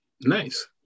Nice